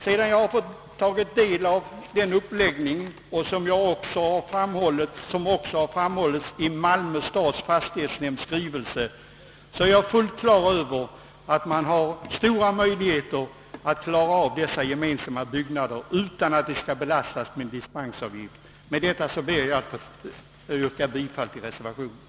Sedan jag fått ta del av denna uppläggning, som också framhållits i Malmö stads fastighetsnämnds skrivelse, är jag fullt medveten om att det kan finnas stora möjligheter att uppföra dessa gemensamma byggnader utan att belasta dem med investeringsavgift. Härmed ber jag att få yrka bifall till reservationen.